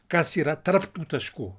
kas yra tarp tų taškų